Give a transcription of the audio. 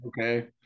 Okay